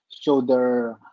Shoulder